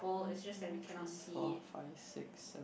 one two three four five six seven